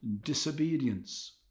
disobedience